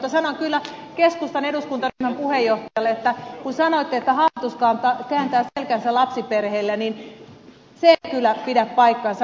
mutta sanon kyllä keskustan eduskuntaryhmän puheenjohtajalle että kun sanoitte että hallitus kääntää selkänsä lapsiperheille niin se ei kyllä pidä paikkaansa